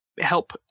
help